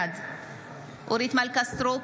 בעד אורית מלכה סטרוק,